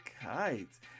kites